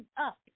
up